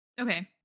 Okay